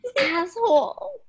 Asshole